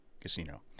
Casino